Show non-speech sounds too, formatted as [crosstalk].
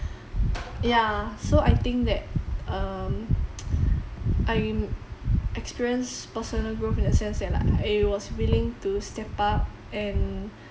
ya so I think that um [noise] I kn~ I experienced personal growth in the sense that I was willing to step up and